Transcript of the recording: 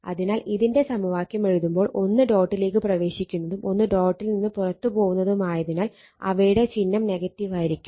അതിനാൽ ഇതിന്റെ സമവാക്യം എഴുതുമ്പോൾ ഒന്ന് ഡോട്ടിലേക്ക് പ്രവേശിക്കുന്നതും ഒന്ന് ഡോട്ടിൽ നിന്ന് പുറത്ത് പോവുന്നതും ആയതിനാൽ അവയുടെ ചിഹ്നം നെഗറ്റീവായിരിക്കും